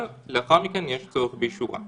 אבל לאחר מכן יש צורך באישורה.